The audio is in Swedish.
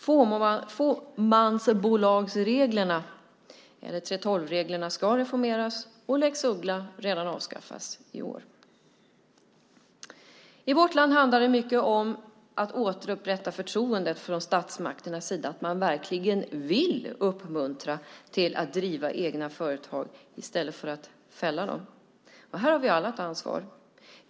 Fåmansbolagsreglerna, 3:12-reglerna, ska reformeras, och lex Uggla avskaffas redan i år. I vårt land handlar det från statsmakternas sida mycket om att återupprätta förtroendet för att man verkligen vill uppmuntra människor till att driva egna företag i stället för att fälla dem. Här har vi alla ett ansvar.